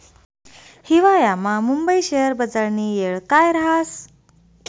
हिवायामा मुंबई शेयर बजारनी येळ काय राहस